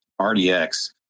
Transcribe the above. RDX